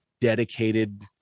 dedicated